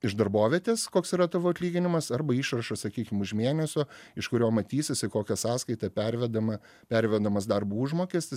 iš darbovietės koks yra tavo atlyginimas arba išrašas sakykim už mėnesio iš kurio matysis į kokią sąskaitą pervedama pervedamas darbo užmokestis